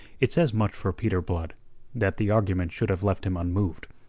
it says much for peter blood that the argument should have left him unmoved.